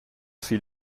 fit